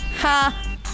Ha